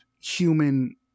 human